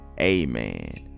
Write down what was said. Amen